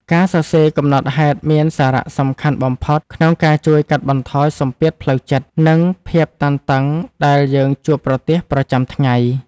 ការសរសេរកំណត់ហេតុមានសារៈសំខាន់បំផុតក្នុងការជួយកាត់បន្ថយសម្ពាធផ្លូវចិត្ត និងភាពតានតឹងដែលយើងជួបប្រទះប្រចាំថ្ងៃ។